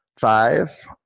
Five